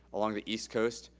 along the east coast,